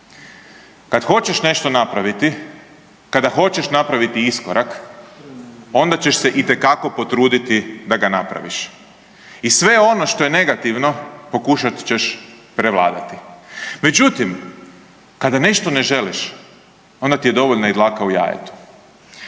Kad hoćeš nešto napraviti, kada hoćeš napraviti iskorak, onda ćeš se itekako potruditi da ga napraviš i sve ono što je negativno pokušat ćeš prevladati. Međutim, kada nešto ne želiš, onda ti je dovoljna i dlaka u jajetu.